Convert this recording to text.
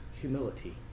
humility